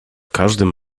każdym